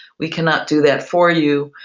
we cannot do that for you,